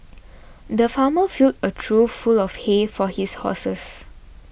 the farmer filled a trough full of hay for his horses